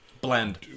Blend